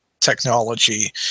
technology